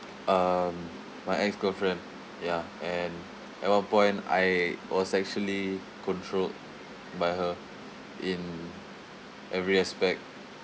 um my ex girlfriend ya and at one point I was actually controlled by her in every aspect